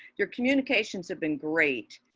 your communications have been great.